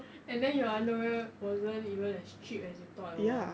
and then your underwear wasn't even as cheap as you thought it was